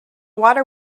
water